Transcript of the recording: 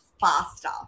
faster